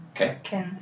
Okay